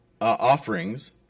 offerings